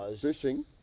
fishing